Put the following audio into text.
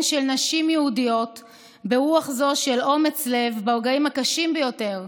של נשים יהודיות ברוח זו של אומץ לב ברגעים הקשים ביותר,